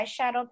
eyeshadow